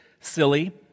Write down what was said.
silly